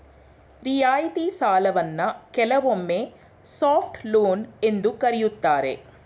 ರಿಯಾಯಿತಿ ಸಾಲವನ್ನ ಕೆಲವೊಮ್ಮೆ ಸಾಫ್ಟ್ ಲೋನ್ ಎಂದು ಕರೆಯುತ್ತಾರೆ